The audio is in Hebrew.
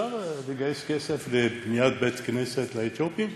אפשר לגייס כסף לבניית בית-כנסת לאתיופים?